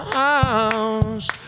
house